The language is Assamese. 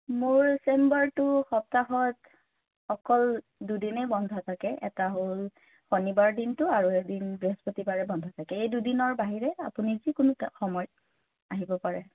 মোৰ চেম্বাৰটো সপ্তাহত অকল দুদিনেই বন্ধ থাকে এটা হ'ল শনিবাৰৰ দিনটো আৰু এদিন বৃহস্পতিবাৰে বন্ধ থাকে এই দুদিনৰ বাহিৰে আপুনি যিকোনো সময়ত আহিব পাৰে